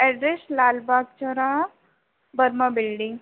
address Lal Bagh चौराहा Varma building